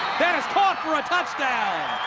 that is caught for a touchdown!